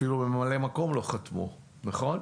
אפילו על ממלא-המקום לא חתמו, נכון?